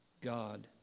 God